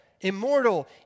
immortal